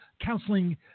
counseling